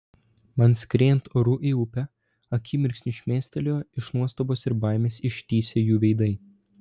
man skriejant oru į upę akimirksniui šmėstelėjo iš nuostabos ir baimės ištįsę jų veidai